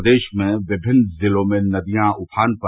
प्रदेश में विभिन्न जिलों में नदियां उफान पर